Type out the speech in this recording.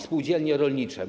Spółdzielnie rolnicze.